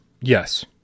Yes